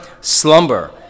slumber